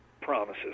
promises